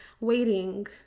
Waiting